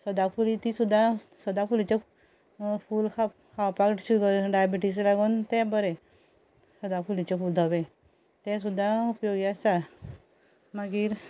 सदाफुली ती सुद्दां सदाफुलीचें फूल खावपा शुगर डायबिटीज लागोन तें बरें सदाफुलीचें फूल धवें तें सुद्दां उपयोगी आसा मागीर